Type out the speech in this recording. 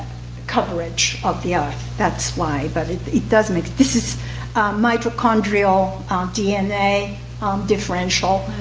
coverage of the earth. that's why, but it does make this is mitochondrial dna differential,